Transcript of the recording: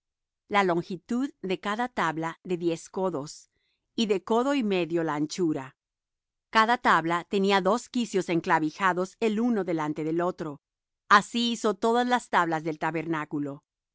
la longitud de cada tabla de diez codos y de codo y medio la anchura cada tabla tenía dos quicios enclavijados el uno delante del otro así hizo todas las tablas del tabernáculo